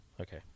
okay